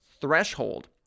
threshold